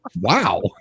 Wow